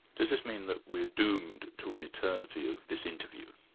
does this mean that we're doomed to an eternity of this interview?